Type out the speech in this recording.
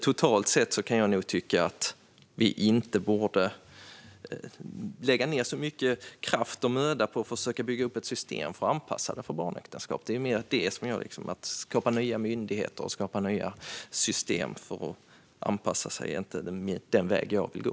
Totalt sett kan jag tycka att vi inte borde lägga ned så mycket kraft och möda på att försöka bygga upp ett system för att anpassa för barnäktenskap. Att skapa nya myndigheter och nya system för att anpassa oss är inte den väg jag vill gå.